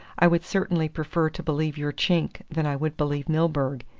i would certainly prefer to believe your chink than i would believe milburgh.